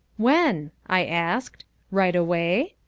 when? i asked right away?